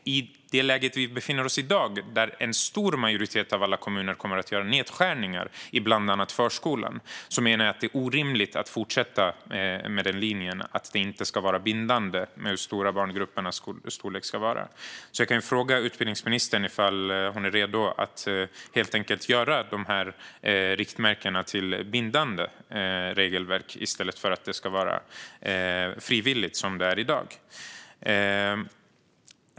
I det läge vi befinner oss i dag kommer en stor majoritet av alla kommuner att göra nedskärningar i bland annat förskolan. Jag menar att det är orimligt att då fortsätta med linjen att det inte ska vara bindande vilken storlek det ska vara på barngrupperna. Jag vill fråga utbildningsministern om hon är redo att göra riktmärkena till bindande regelverk i stället för att det ska vara frivilligt som det är i dag.